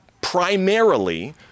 primarily